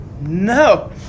No